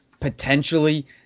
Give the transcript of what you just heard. potentially